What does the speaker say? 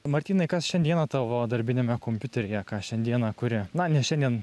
martynai kas šiandieną tavo darbiniame kompiuteryje ką šiandieną kuri na ne šiandien